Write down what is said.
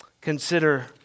Consider